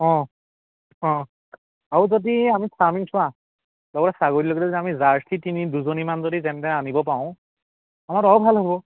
অঁ অঁ আৰু যদি আমি চাওঁ নেকি চোৱা লগতে ছাগলীৰ লগতে যদি আমি জাৰ্চি তিনি দুজনীমান যদি যেনতেন আনিব পাৰোঁ আমাৰতো আৰু ভাল হ'ব